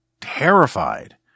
terrified